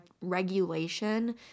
regulation